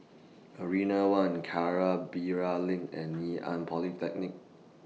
Marina one LINK and Ngee Ann Polytechnic